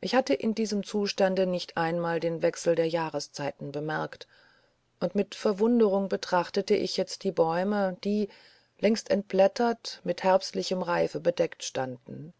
ich hatte in diesem zustande nicht einmal den wechsel der jahrzeiten gemerkt und mit verwunderung betrachtete ich jetzt die bäume die längst entblättert mit herbstlichem reife bedeckt standen